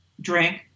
Drink